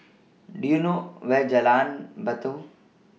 Do YOU know Where Jalan Batu